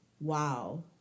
wow